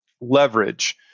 Leverage